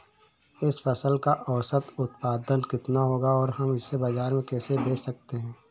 इस फसल का औसत उत्पादन कितना होगा और हम इसे बाजार में कैसे बेच सकते हैं?